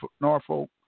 Norfolk